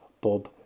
Bob